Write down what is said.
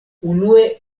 unue